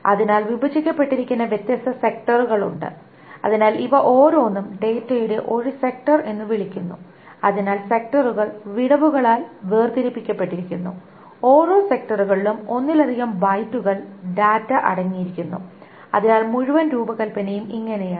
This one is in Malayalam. അതിനാൽ വിഭജിക്കപ്പെട്ടിരിക്കുന്ന വ്യത്യസ്ത സെക്ടറുകളുണ്ട് അതിനാൽ ഇവയെ ഓരോന്നും ഡാറ്റയുടെ ഒരു സെക്ടർ എന്ന് വിളിക്കുന്നു അതിനാൽ സെക്ടറുകൾ വിടവുകളാൽ വേർതിരിക്കപ്പെടുന്നു ഓരോ സെക്ടറുകളിലും ഒന്നിലധികം ബൈറ്റുകൾ ഡാറ്റ അടങ്ങിയിരിക്കുന്നു അതിനാൽ മുഴുവൻ രൂപകൽപ്പനയും ഇങ്ങനെയാണ്